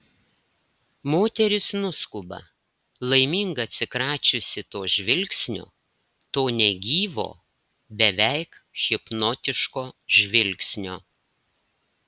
moteris nuskuba laiminga atsikračiusi to žvilgsnio to negyvo beveik hipnotiško žvilgsnio